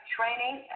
Training